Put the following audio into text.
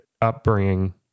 upbringing